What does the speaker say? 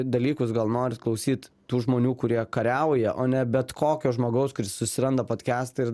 dalykus gal norit klausyt tų žmonių kurie kariauja o ne bet kokio žmogaus kuris susiranda podkiastą ir